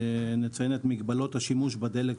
נציין את מגבלות השימוש בדלק